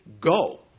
go